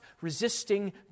resisting